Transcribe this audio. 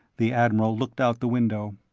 the admiral looked out the window.